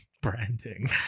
Branding